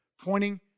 Pointing